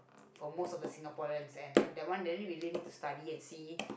for most of the Singaporeans and that one then we really need to study and see